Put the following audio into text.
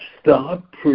stop